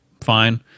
fine